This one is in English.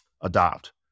adopt